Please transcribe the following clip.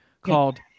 called